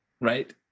Right